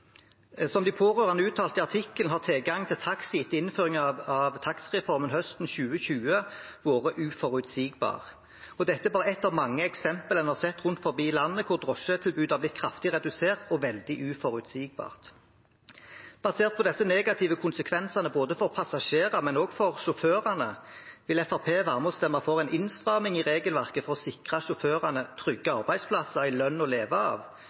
Som de pårørende uttalte i artikkelen, har tilgangen til taxi etter innføringen av taxireformen høsten 2020 vært uforutsigbar. Dette er bare ett av mange eksempler en har sett rundt omkring i landet på at drosjetilbudet har blitt kraftig redusert og veldig uforutsigbart. Basert på disse negative konsekvensene for både passasjerer og sjåfører, vil Fremskrittspartiet være med på å stemme for en innstramming i regelverket for å sikre sjåførene trygge arbeidsplasser, en lønn å leve av